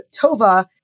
Tova